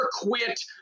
quit